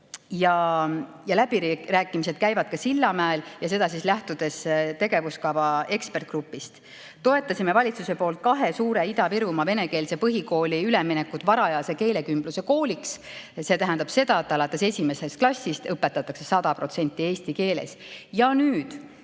Läbirääkimised käivad ka Sillamäel, ja seda lähtudes tegevuskava ekspertgrupi [soovitustest].Toetasime valitsuse poolt kahe suure Ida-Virumaa venekeelse põhikooli üleminekut varajase keelekümbluse kooliks. See tähendab seda, et alates esimesest klassist õpetatakse 100% eesti keeles. Ja nüüd,